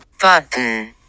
button